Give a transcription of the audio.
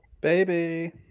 Baby